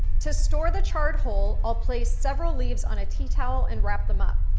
to store the chard whole, i'll place several leaves on a tea towel and wrap them up.